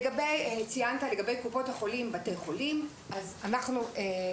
לגבי קופות חולים ובתי חולים הוצאנו